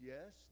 Yes